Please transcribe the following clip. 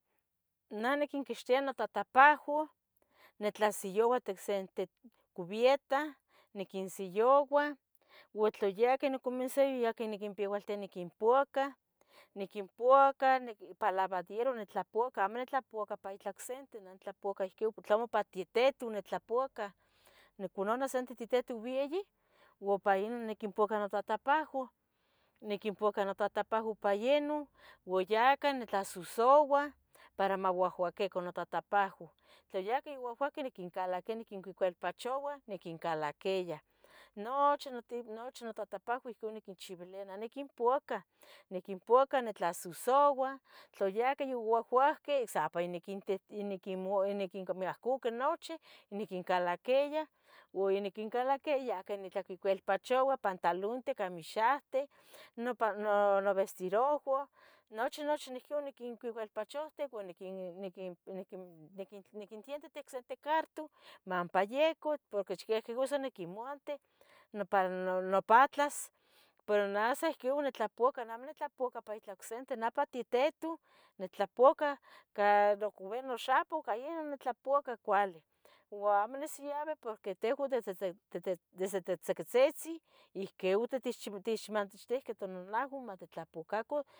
Nah niquinquixtia notatapauah nitlasiyaua itic senti cubieta, nicquinsiyouah ua tla yaca yoniquimonsiyou ya niquenpeualtia niquin pouaca, niquinpuaca nic ipan lavadiero nitlapouaca amo nitlapouaca ipa itlah ocsente neh intlapouaca ihquin tlamo ipa tietu nitlapouaca niconana sente tietu buieyi ua ompa niquinpuaca notatapuaua, niquinpuaca notatapuaua ipa yeh nun, ua ya cah nitlasusoua para mauahuaquica notatapahua, tla ya queh youaqueh niquinvalaquia, niquincuicuilpachoua, niquincalaquia, noochi noti notatapuahua iuhcon niquinchiuilia, neh niquinpuacah, niquinpuaca, nitlasusoua, tla yaqueh youahuaqueh sa ompa niquinti niquin niquinmuah niquincuami ahcocui nochi, niquincalaquia ua ya niquincalaquia yaque nitlacuicuilpachoua, pantalunte camixahteh, nopa, nonovestirouaua nochi nochi niuhcon niquincuicuilpachohti ua niquin niquin niquinc niquin niquintienti itic sente cartu manpa yiecu porue chicuequi cosa niquimanti, nopa nopatlas, pues neh ihcun nitlapouca, neh amo nitlapouaca itla ocsente, neh ipa titetu, nitlapouaca ca mocubia noxapoh ica ino nitlapouaca cuali o amo nisiyaui porque tehua desde desdet ittzicotzitzi ihqui etexich otechixmaxitihqueh tonanahua matitlapouacacu